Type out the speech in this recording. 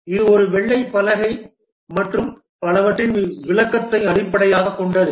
இது ஒரு வெள்ளை பலகை மற்றும் பலவற்றின் விளக்கத்தை அடிப்படையாகக் கொண்டது